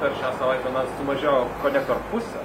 per šią savaitę na sumažėjo kone per pusę